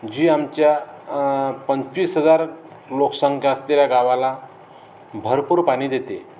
जी आमच्या पंचवीस हजार लोकसंख्या असतेल्या गावाला भरपूर पाणी देते